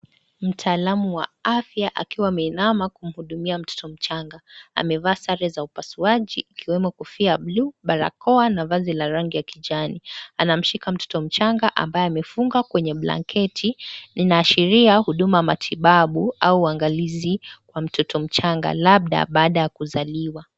Mtaalam wa afya akiwa ameinama kumhudumia mtoto mchanga. Amevaa sare za upasuaji ikiwemo kofia ya buluu, barakoa na vazi la rangi ya kijani. Anamshika mtoto mchanga ambaye amefungwa kwenye blanketi. Inaashiria huduma ya matibabu au uangalizi wa mtoto mchanga labda baada ya kuzaliwa.